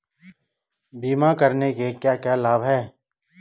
बीमा करने के क्या क्या लाभ हैं?